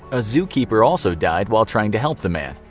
a zookeeper also died while trying to help the man.